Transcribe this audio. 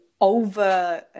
over